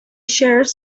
shares